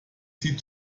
sie